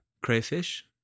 Crayfish